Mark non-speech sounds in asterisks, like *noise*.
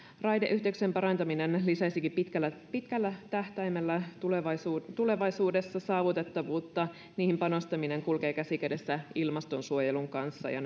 raideyhteyksien parantaminen lisäisikin pitkällä pitkällä tähtäimellä tulevaisuudessa tulevaisuudessa saavutettavuutta niihin panostaminen kulkee käsi kädessä ilmastonsuojelun kanssa ja *unintelligible*